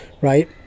right